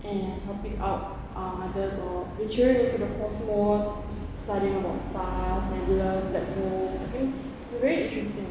and helping out um others or venturing into the cosmos studying about stuff analyse black holes it's very interesting